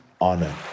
honor